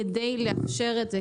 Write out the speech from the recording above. כדי לאפשר את זה.